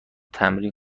تمرین